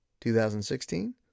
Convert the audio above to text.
2016